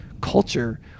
culture